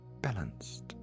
balanced